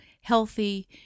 healthy